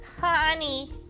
honey